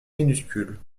minuscule